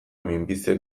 minbiziak